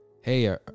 Hey